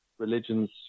religions